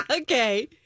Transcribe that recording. okay